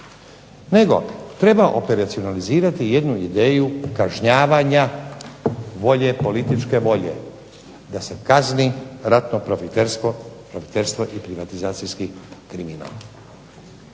Nego treba operacionalizirati jednu ideju kažnjavanja volje, političke volje da se kazni ratno profiterstvo, profiterstvo i privatizacijski kriminal.